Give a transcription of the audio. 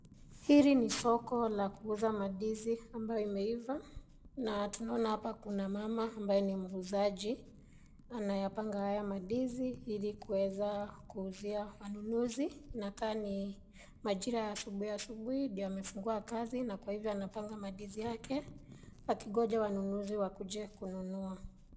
Hili ni soko la kuuza mandizi ambayo imeiva, na tuna hapa kuna mama ambaye ni muuzaji anayapanga haya mandizi ili kuweza kuuzia wanunuzi, inakaa ni majira ya asubuhi asubuhi ndo amefungua kazi na kwa hivyo anapanga mandizi yake akingoja wanunuzi wakuje kununua.